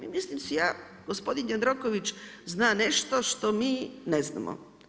I mislim si ja, gospodin Jandroković zna nešto što mi ne znamo.